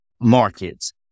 markets